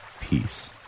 peace